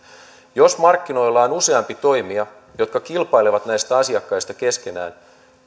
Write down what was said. jos markkinoilla on useampi toimija jotka kilpailevat näistä asiakkaista keskenään